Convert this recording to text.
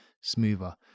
smoother